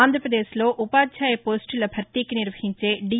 ఆంధ్రభవదేశ్లో ఉపాధ్యాయ పోస్లుల భర్తీకి నిర్వహించే ది